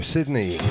Sydney